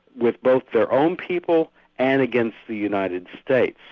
with both their own people and against the united states.